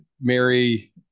Mary